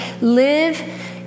live